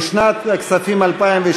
של תוכנית חדשה לא התקבלו.